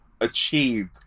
achieved